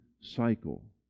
cycle